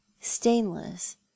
stainless